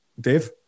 Dave